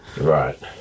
Right